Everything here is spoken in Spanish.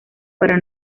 para